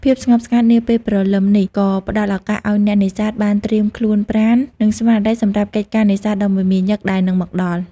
ភាពស្ងប់ស្ងាត់នាពេលព្រលឹមនេះ ក៏ផ្តល់ឱកាសឲ្យអ្នកនេសាទបានត្រៀមខ្លួនប្រាណ និងស្មារតីសម្រាប់កិច្ចការនេសាទដ៏មមាញឹកដែលនឹងមកដល់។